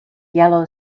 yellow